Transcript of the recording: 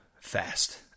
fast